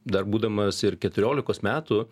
dar būdamas ir keturiolikos metų